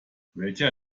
welcher